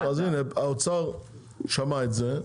בסדר, אז הנה האוצר שמע את זה.